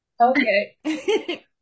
Okay